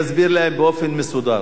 אני אסביר להם באופן מסודר.